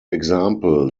example